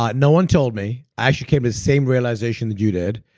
but no one told me. i actually came to the same realization that you did.